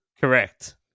Correct